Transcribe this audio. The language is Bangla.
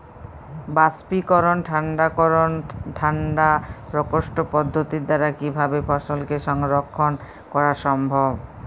বাষ্পীকরন ঠান্ডা করণ ঠান্ডা প্রকোষ্ঠ পদ্ধতির দ্বারা কিভাবে ফসলকে সংরক্ষণ করা সম্ভব?